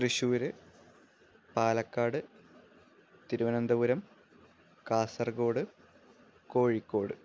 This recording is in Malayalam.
തൃശ്ശൂർ പാലക്കാട് തിരുവനന്തപുരം കാസർഗോഡ് കോഴിക്കോട്